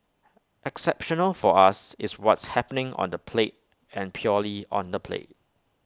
exceptional for us is what's happening on the plate and purely on the plate